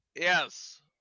Yes